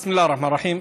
בסם אללה א-רחמאן א-רחים.